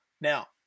Now